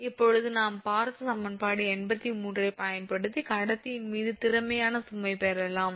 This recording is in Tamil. இப்போது நாம் பார்த்த சமன்பாடு 83 ஐப் பயன்படுத்தி கடத்தியின் மீது திறமையான சுமை பெறலாம்